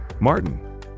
Martin